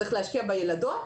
ולכן צריך להשקיע בילדות,